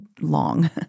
long